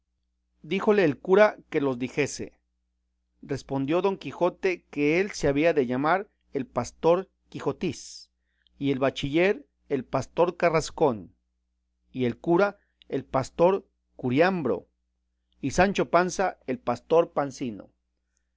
díjole el cura que los dijese respondió don quijote que él se había de llamar el pastor quijotiz y el bachiller el pastor carrascón y el cura el pastor curambro y sancho panza el pastor pancino